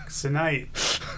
Tonight